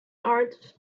arts